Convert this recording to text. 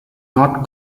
not